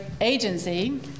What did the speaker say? Agency